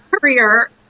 career